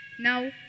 Now